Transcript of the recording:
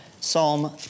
Psalm